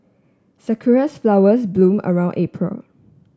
sakura flowers bloom around April